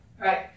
Right